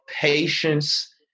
patience